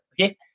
okay